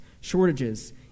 shortages